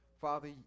father